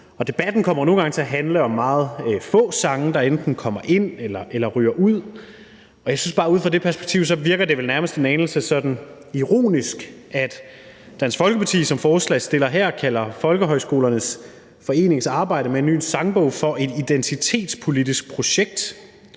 Debatten kommer nogle gange til at handle om meget få sange, der enten kommer ind eller ryger ud, og jeg synes bare, at det ud fra det perspektiv vel nærmest virker en anelse sådan ironisk, at Dansk Folkeparti som forslagsstiller her kalder Folkehøjskolernes Forenings arbejde med Højskolesangbogen et identitetspolitisk projekt,